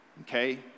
Okay